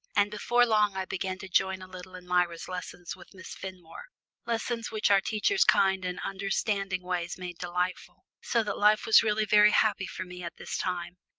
and before long i began to join a little in myra's lessons with miss fenmore lessons which our teacher's kind and understanding ways made delightful. so that life was really very happy for me at this time,